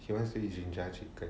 he wants to eat jinjja chicken